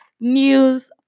News